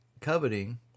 coveting